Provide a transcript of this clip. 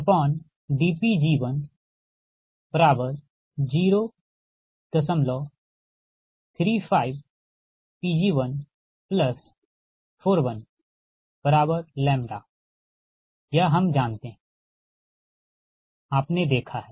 अब L1dC1dPg1035Pg141λ यह हम जानते हैं आपने देखा है